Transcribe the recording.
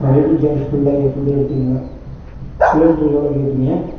அப்புறம் waiting charge ஃபுல்லா full day எடுத்துக்கோங்க கிலோ மீட்ருக்கு எவ்வளோ கேட்பீங்க